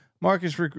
Marcus